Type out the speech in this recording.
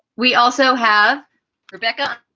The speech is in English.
we also have rebecca.